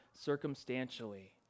circumstantially